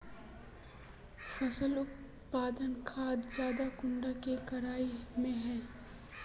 फसल उत्पादन खाद ज्यादा कुंडा के कटाई में है?